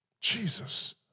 Jesus